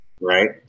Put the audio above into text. Right